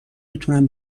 میتونم